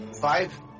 five